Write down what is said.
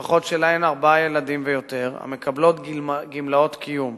ומשפחות שלהן ארבעה ילדים ויותר המקבלות גמלאות קיום,